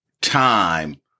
time